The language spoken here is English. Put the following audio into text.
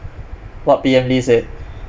what P_M lee said